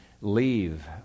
leave